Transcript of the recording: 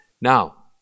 Now